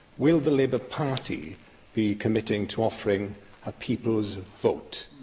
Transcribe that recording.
will the labour party be committing to offering a people's vote?